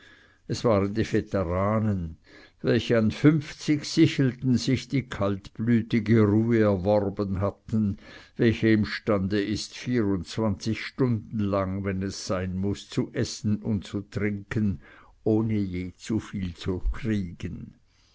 es waren die veteranen welche an fünfzig sichelten sich die kaltblütige ruhe erworben hatten welche imstande ist vierundzwanzig stunden lang wenn es sein muß zu essen und zu trinken ohne je zu viel zu kriegen